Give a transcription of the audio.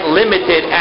limited